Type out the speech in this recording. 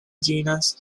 genus